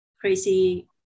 crazy